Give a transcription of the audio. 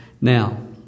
Now